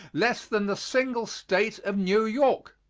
less than the single state of new york.